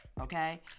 Okay